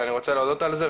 ואני רוצה להודות על זה,